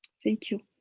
thank you.